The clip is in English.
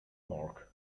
mark